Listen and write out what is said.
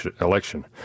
election